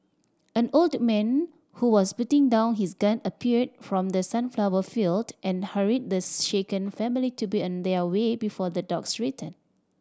an old man who was putting down his gun appeared from the sunflower field and hurried the shaken family to be on their way before the dogs return